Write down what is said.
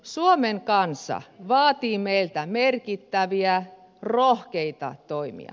suomen kansa vaatii meiltä merkittäviä rohkeita toimia